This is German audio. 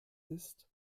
ist